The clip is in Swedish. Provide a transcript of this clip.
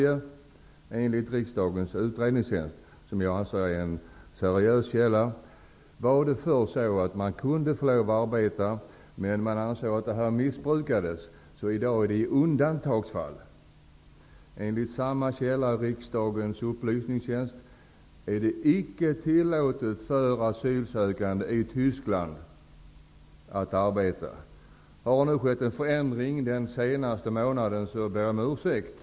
Enligt Riksdagens utredningstjänst, som är en seriös källa, var det i Norge förr så, att dessa människor kunde få arbeta. Men sedan ansåg man att den möjligheten missbrukades. I dag är det därför möjligt att arbeta endast i undantagsfall. Enligt samma källa, dvs. Riksdagens utredningstjänst, är det i Tyskland icke tillåtet för asylsökande att arbeta. Om det skett en förändring under den senaste månaden ber jag om ursäkt.